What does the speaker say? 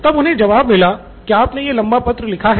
तब उन्हे जवाब मिला कि आपने यह लंबा पत्र लिखा है